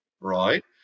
Right